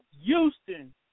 Houston